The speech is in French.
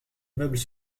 meubles